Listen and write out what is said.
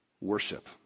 worship